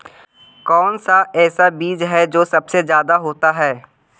कौन सा ऐसा बीज है जो सबसे ज्यादा होता है?